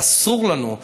אסור לנו,